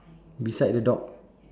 beside the dog